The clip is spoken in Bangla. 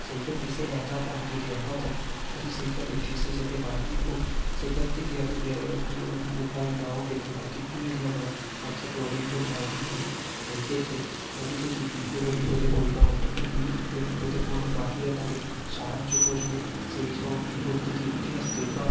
সেই ক্ষেত্রে সে একা আমি যদি একা থাকি আমি সেইখানে ফেঁসে যেতে পারি এবং সেইখান থেকে আমি বেরোনোর কোনো রকম উপায় নাও পেতে পারি কিন্তু যদি আমরা একসাথে অনেক জন রাইডিং করি সেই ক্ষেত্রে আমি যদি বি কোনো বিপদে পড়ি বা অন্যান্য কেউ যদি কোনো বিপদে পড়ে বাকিরা তাকে সাহায্য করবে সেই সব বিপদ থেকে উঠে আসতে বা